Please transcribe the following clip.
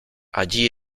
allí